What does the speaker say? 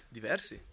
Diversi